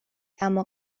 اما